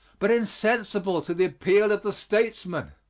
but insensible to the appeal of the stateman.